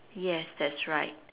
yes that's right